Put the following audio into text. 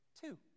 two